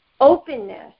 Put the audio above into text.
openness